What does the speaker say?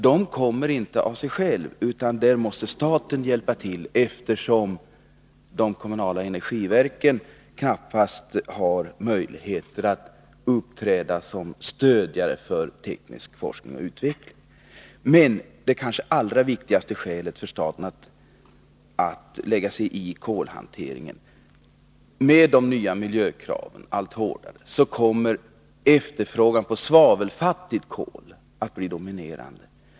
De kommer inte till av sig själva, utan där måste staten hjälpa till, eftersom de kommunala energiverken knappast har möjlighet att uppträda som stödjare i fråga om teknisk forskning och utveckling. Men det kanske allra viktigaste skälet för staten att lägga sig i kolhanteringen är att — med de nya och allt hårdare miljökraven — efterfrågan på svavelfattigt kol kommer att bli dominerande.